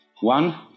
One